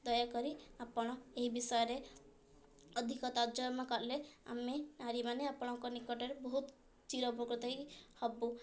ଦୟାକରି ଆପଣ ଏହି ବିଷୟରେ ଅଧିକ ତର୍ଜମା କଲେ ଆମେ ନାରୀମାନେ ଆପଣଙ୍କ ନିକଟରେ ବହୁତ ଚିରୋପକୃତ ହୋଇ ହେବୁ